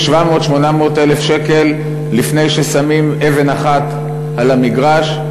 800,000-700,000 שקל לפני ששמים אבן אחת על המגרש.